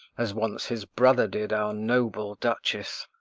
as once his brother did our noble duchess.